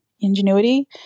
ingenuity